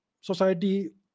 society